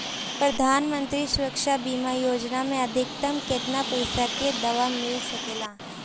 प्रधानमंत्री सुरक्षा बीमा योजना मे अधिक्तम केतना पइसा के दवा मिल सके ला?